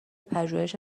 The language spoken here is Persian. پژوهش